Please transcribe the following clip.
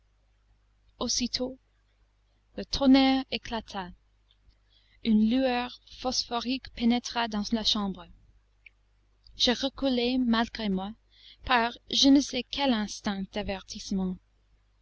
aussitôt le tonnerre éclata une lueur phosphorique pénétra dans la chambre je reculai malgré moi par je ne sais quel instinct d'avertissement